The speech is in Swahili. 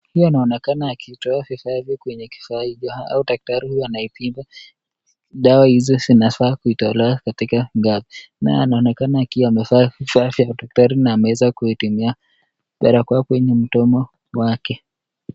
Huyu anaonekana akitoa vifaa hivyo kwenye kifaa hicho, au daktari huyu anaipima dawa hizo zinafaa kutolewa katika gati. Naye anaonekana akiwa amevaa vifaa vya udaktari na ameweza kuivaa barakoa kwenye mdomo wake.